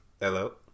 hello